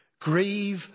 Grieve